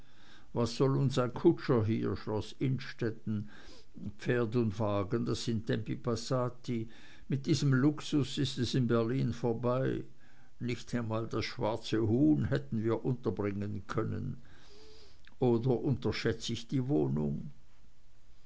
was soll uns ein kutscher hier schloß innstetten pferd und wagen das sind tempi passati mit diesem luxus ist es in berlin vorbei nicht einmal das schwarze huhn hätten wir unterbringen können oder unterschätze ich die wohnung